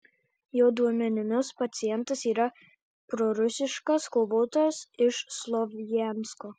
jo duomenimis pacientas yra prorusiškas kovotojas iš slovjansko